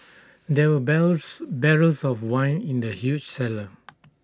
there were bears barrels of wine in the huge cellar